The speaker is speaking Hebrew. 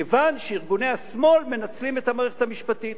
כיוון שארגוני השמאל מנצלים את המערכת המשפטית,